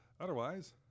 Otherwise